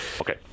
Okay